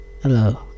Hello